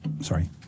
sorry